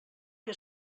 que